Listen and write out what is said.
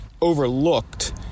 overlooked